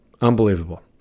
Unbelievable